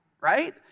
right